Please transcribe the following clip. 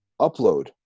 upload